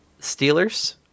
Steelers